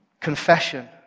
Confession